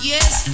Yes